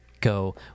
go